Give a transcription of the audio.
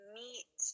meet